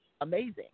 amazing